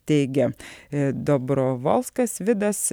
teigia dobrovolskas vidas